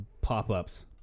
pop-ups